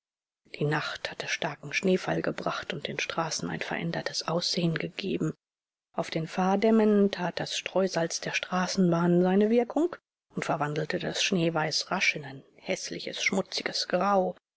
die nacht hatte starken schneefall gebracht und den straßen ein verändertes aussehen gegeben auf den fahrdämmen tat das streusalz der straßenbahnen seine wirkung und verwandelte das schneeweiß rasch in ein häßliches schmutziges grau